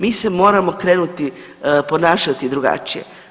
Mi se moramo krenuti ponašati drugačije.